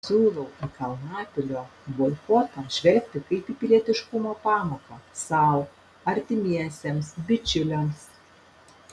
siūlau į kalnapilio boikotą žvelgti kaip į pilietiškumo pamoką sau artimiesiems bičiuliams